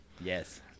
Yes